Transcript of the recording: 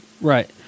Right